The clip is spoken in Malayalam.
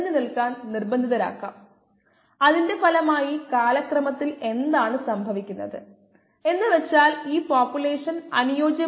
നമുക്ക് അതിന്റെ ഒരു പാർട്ട് മറ്റൊന്നായി എടുക്കാം പാർട്ട് A ഡെസിമൽ റിഡക്ഷൻ സമയം